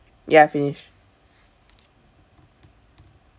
ya finish